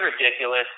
ridiculous